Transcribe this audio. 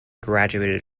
graduated